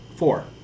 Four